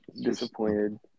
disappointed